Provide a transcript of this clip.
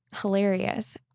hilarious